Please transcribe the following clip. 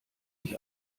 ich